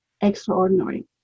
extraordinary